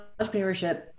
entrepreneurship